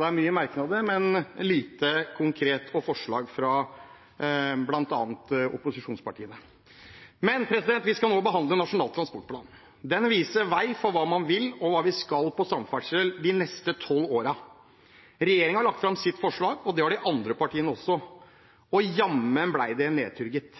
mange merknader, men lite konkret og få forslag fra bl.a. opposisjonspartiene. Vi skal nå behandle Nasjonal transportplan. Den viser vei for hva vi vil, og hva vi skal gjøre innenfor samferdsel de neste tolv årene. Regjeringen har lagt fram sitt forslag, og det har de andre partiene også – og jammen ble det